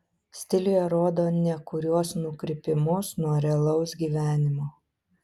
stiliuje rodo nekuriuos nukrypimus nuo realaus gyvenimo